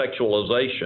sexualization